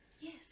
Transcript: Yes